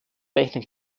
rechnen